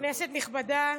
כנסת נכבדה,